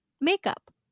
makeup